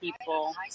people